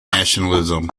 nationalism